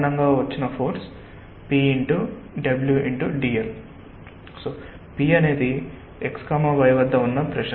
p అనేది x y వద్ద ఉన్న ప్రెషర్